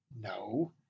No